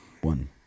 One